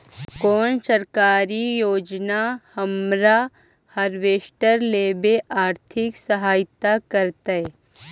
कोन सरकारी योजना हमरा हार्वेस्टर लेवे आर्थिक सहायता करतै?